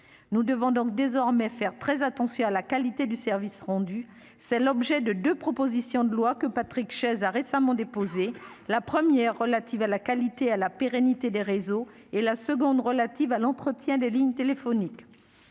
nous devons donc désormais faire très attention à la qualité du service rendu, c'est l'objet de 2 propositions de loi que Patrick Chaize a récemment déposé la première relatives à la qualité à la pérennité des réseaux et la seconde, relative à l'entretien des lignes téléphoniques